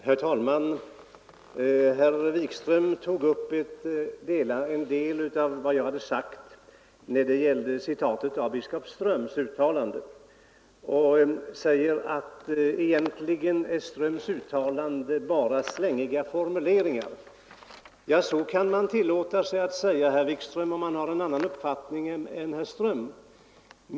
Herr talman! Herr Wikström tog upp en del av vad jag hade sagt när det gällde citatet ur biskop Ströms uttalanden och anförde att egentligen är herr Ströms uttalanden bara slängiga formuleringar. Så kan man naturligtvis tillåta sig att säga, herr Wikström, om man har en annan uppfattning än herr Ström.